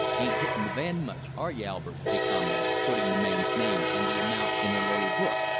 ain't hitting the van much, are you, albert? he commented, putting the man's name and the amount in a little book.